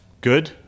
good